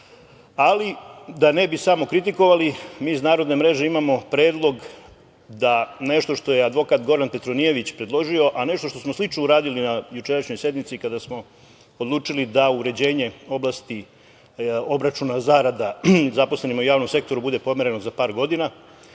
Ali, da ne bi samo kritikovali, mi iz Narodne mreže imamo predlog da nešto što je advokat Goran Petronijević predložio, a nešto što smo slično uradili na jučerašnjoj sednici kada smo odlučili da uređenje oblasti obračuna zarada zaposlenima u javnom sektoru bude pomereno za par godina,